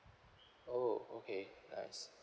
oh okay nice